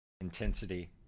intensity